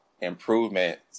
improvement